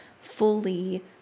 fully